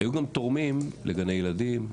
היו גם תורמים לגני ילדים,